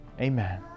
Amen